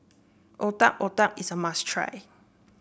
Otak Otak is a must try